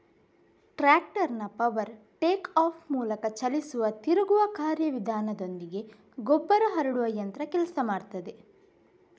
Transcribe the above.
ಟ್ರಾಕ್ಟರ್ನ power take off ಮೂಲಕ ಚಲಿಸುವ ತಿರುಗುವ ಕಾರ್ಯ ವಿಧಾನದೊಂದಿಗೆ ಗೊಬ್ಬರ ಹರಡುವ ಯಂತ್ರ ಕೆಲಸ ಮಾಡ್ತದೆ